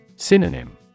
Synonym